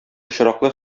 очраклы